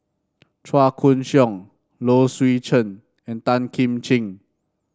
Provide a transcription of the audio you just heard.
Chua Koon Siong Low Swee Chen and Tan Kim Ching